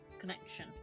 connection